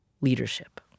leadership